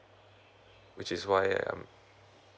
which is why I'm